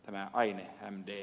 tämä aihe on de